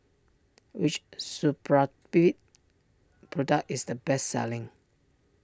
which Supravit product is the best selling